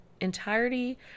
entirety